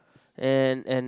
and and